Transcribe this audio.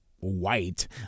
white